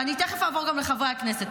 ואני תכף אעבור גם לחברי הכנסת,